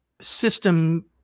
system